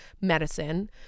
medicine